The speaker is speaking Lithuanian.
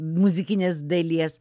muzikinės dalies